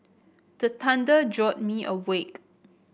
the thunder jolt me awake